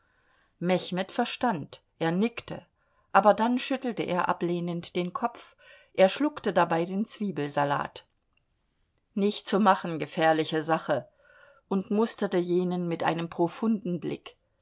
mechmed verstand er nickte aber dann schüttelte er ablehnend den kopf er schluckte dabei den zwiebelsalat nicht zu machen gefährliche sache und musterte jenen mit einem profunden blick